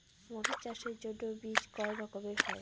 মরিচ চাষের জন্য বীজ কয় রকমের হয়?